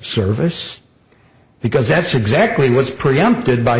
service because that's exactly what's preempted by